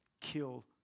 Kill